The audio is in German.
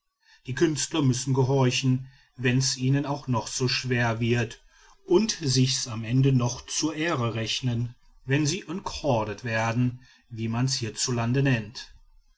die künstler müssen gehorchen wenn's ihnen auch noch so schwer wird und sich's am ende noch zur ehre rechnen wenn sie encored werden wie man's hierzulande nennt